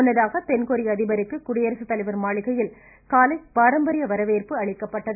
முன்னதாக தென் கொரிய அதிபருக்கு குடியரசுத்தலைவர் மாளிகையில் இன்று காலை பாரம்பரிய வரவேற்பு அளிக்கப்பட்டது